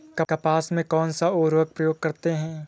कपास में कौनसा उर्वरक प्रयोग करते हैं?